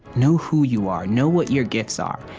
know who you are. know what your gifts are.